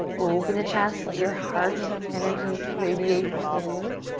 open the chest, let your heart energy radiate forward.